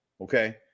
okay